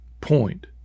point